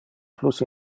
plus